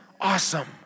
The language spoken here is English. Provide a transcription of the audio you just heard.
Awesome